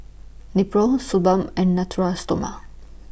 Nepro Suu Balm and Natura Stoma